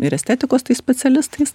ir estetikos tais specialistais